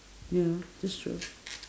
ya that's true